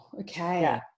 Okay